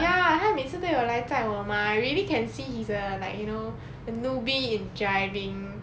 ya 他每次都有来载我 mah really can see he's a like you know a newbie in driving